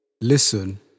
listen